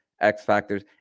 X-Factors